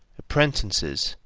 apprentices,